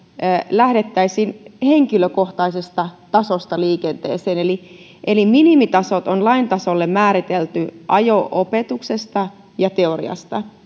lähdettäisiin henkilökohtaisesta tasosta liikenteeseen eli eli minimitasot on lain tasolla määritelty ajo opetuksesta ja teoriasta